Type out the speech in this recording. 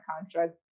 contract